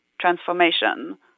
transformation